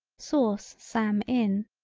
sauce sam in.